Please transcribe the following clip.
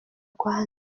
rwanda